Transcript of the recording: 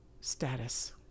status